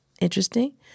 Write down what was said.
interesting